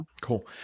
Cool